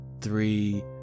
three